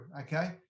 Okay